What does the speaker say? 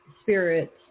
spirits